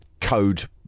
code